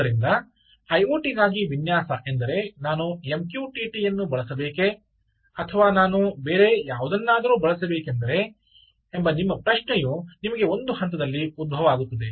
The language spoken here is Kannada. ಆದ್ದರಿಂದ ಐಒಟಿಗಾಗಿ ವಿನ್ಯಾಸ ಎಂದರೆ ನಾನು ಎಂಕ್ಯೂಟಿಟಿಯನ್ನು ಬಳಸಬೇಕೆ ಅಥವಾ ನಾನು ಬೇರೆ ಯಾವುದನ್ನಾದರೂ ಬಳಸಬೇಕೆಂದರೆ ಎಂಬ ಪ್ರಶ್ನೆಯು ನಿಮಗೆ ಒಂದು ಹಂತದಲ್ಲಿ ಉದ್ಭವ ಆಗುತ್ತದೆ